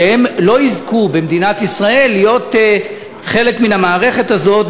שהם לא יזכו במדינת ישראל להיות חלק מן המערכת הזאת,